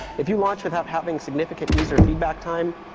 if you launch without having significant user feedback time,